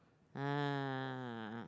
ah